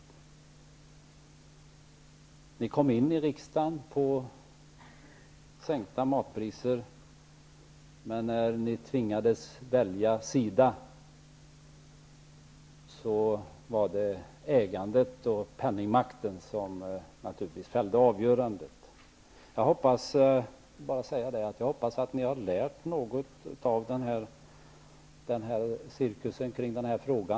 Ny demokrati kom in i riksdagen genom det här med sänkta matpriser. När Ny demokrati tvingades välja sida var det emellertid ägandet och penningmakten som naturligtvis fällde avgörandet. Jag hoppas att Ny demokrati har lärt något av cirkusen kring denna fråga.